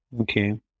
Okay